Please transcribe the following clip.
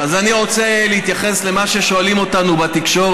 שמוביל את מדינת ישראל להצלחות מדהימות במדיניות